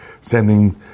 sending